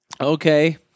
Okay